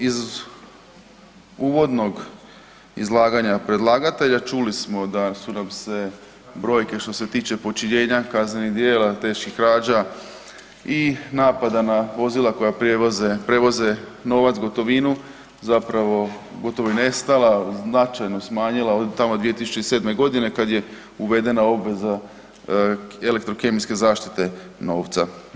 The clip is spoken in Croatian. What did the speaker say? Iz uvodnog izlaganja predlagatelja čuli smo da su nam se brojke što se tiče počinjenja kaznenih dijela teških krađa i napada na vozila koja prevoze novac gotovinu zapravo gotovo nestala, značajno smanjila od tamo 2007.g. kad je uvedena obveza elektrokemijske zaštite novca.